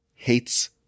Hates